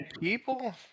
people